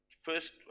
first